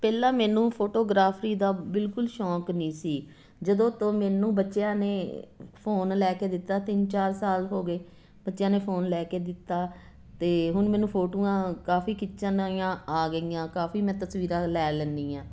ਪਹਿਲਾਂ ਮੈਨੂੰ ਫੋਟੋਗ੍ਰਾਫੀ ਦਾ ਬਿਲਕੁਲ ਸ਼ੌਕ ਨਹੀਂ ਸੀ ਜਦੋਂ ਤੋਂ ਮੈਨੂੰ ਬੱਚਿਆਂ ਨੇ ਫੋਨ ਲੈ ਕੇ ਦਿੱਤਾ ਤਿੰਨ ਚਾਰ ਸਾਲ ਹੋ ਗਏ ਬੱਚਿਆਂ ਨੇ ਫੋਨ ਲੈ ਕੇ ਦਿੱਤਾ ਅਤੇ ਹੁਣ ਮੈਨੂੰ ਫੋਟੋਆਂ ਕਾਫੀ ਖਿੱਚਣੀਆਂ ਆ ਗਈਆਂ ਕਾਫੀ ਮੈਂ ਤਸਵੀਰਾਂ ਲੈ ਲੈਂਦੀ ਹਾਂ